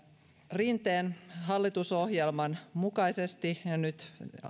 rinteen hallitusohjelman mukaisesti ja nyt